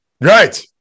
Right